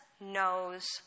knows